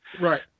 Right